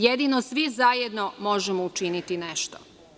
Jedino svi zajedno možemo učiniti nešto.